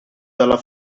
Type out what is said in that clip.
dalla